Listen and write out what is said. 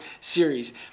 series